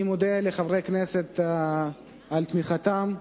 אני מודה לחברי הכנסת על תמיכתם,